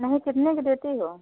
नहीं कितने का देती हो